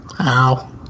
Ow